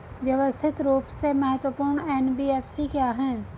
व्यवस्थित रूप से महत्वपूर्ण एन.बी.एफ.सी क्या हैं?